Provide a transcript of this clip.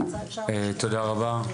תודה רבה.